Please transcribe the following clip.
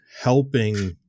helping